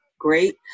Great